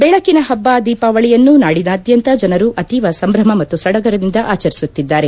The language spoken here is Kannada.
ಬೆಳಕಿನ ಹಬ್ಬ ದೀಪಾವಳಿಯನ್ನು ನಾಡಿನಾದ್ಯಂತ ಜನರು ಅತೀವ ಸಂಭ್ರಮ ಮತ್ತು ಸಡಗರದಿಂದ ಆಚರಿಸುತ್ತಿದ್ದಾರೆ